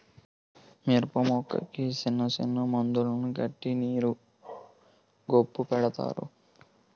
మిరపమొక్కలకి సిన్నసిన్న మందులను కట్టి నీరు గొప్పు పెడతారు